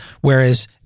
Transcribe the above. Whereas